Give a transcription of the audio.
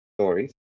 stories